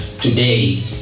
today